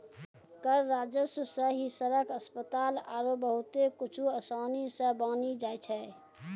कर राजस्व सं ही सड़क, अस्पताल आरो बहुते कुछु आसानी सं बानी जाय छै